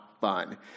fun